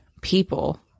people